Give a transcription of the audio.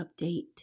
update